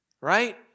Right